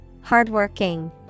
Hardworking